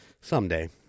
someday